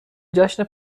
جشن